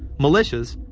militias,